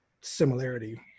similarity